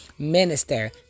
Minister